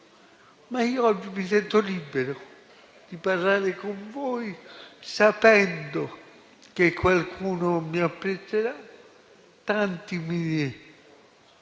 Ma io oggi mi sento libero di parlare con voi, sapendo che qualcuno mi apprezzerà; tanti mi dimostreranno